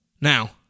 Now